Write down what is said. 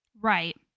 Right